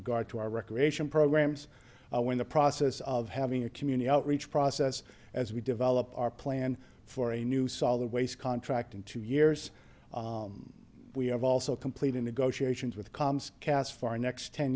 regard to our recreation programs were in the process of having a community outreach process as we develop our plan for a new solid waste contract in two years we have also complete in negotiations with comms cast far next ten